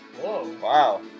Wow